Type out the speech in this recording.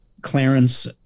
Clarence